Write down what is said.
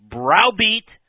browbeat